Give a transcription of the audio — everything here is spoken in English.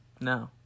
no